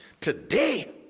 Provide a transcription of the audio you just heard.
today